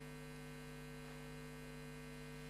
נתקבל.